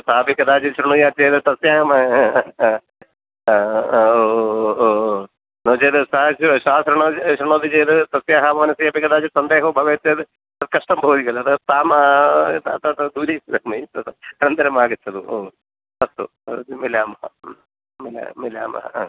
सा अपि कदाचित् श्रुणुयात् चेत् तस्याः नो चेत् सा श्रोति श्रुणोति चेत् तस्याः मनसि अपि कदाचित् सन्देहो भवेत् तत् कष्टं भवति खलु तद् दूरी अनन्तरम् आगच्छतु अस्तु मिलामः मिलामः ह